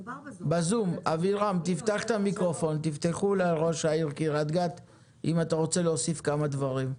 בזום, אם אתה רוצה להוסיף כמה דברים.